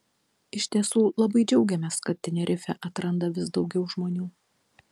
iš tiesų labai džiaugiamės kad tenerifę atranda vis daugiau žmonių